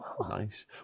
Nice